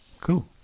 Cool